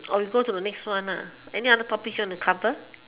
or we go to the next one any other topics you want to cover